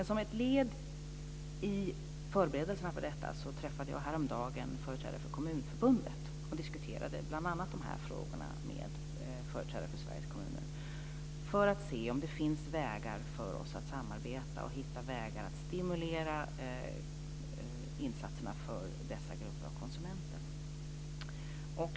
Som ett led i förberedelserna för detta träffade jag häromdagen företrädare för Kommunförbundet och Sveriges kommuner och diskuterade bl.a. om det finns vägar för oss att samarbeta för att stimulera insatserna för dessa grupper av konsumenter.